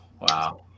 Wow